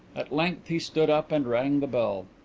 at length he stood up and rang the bell.